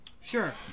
sure